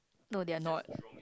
no they are not